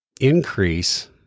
increase